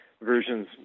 versions